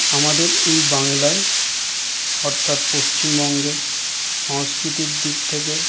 আমাদের এই বাংলায় অর্থাৎ পশ্চিমবঙ্গে সংস্কৃতির দিক থেকে